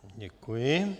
Děkuji.